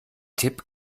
tipp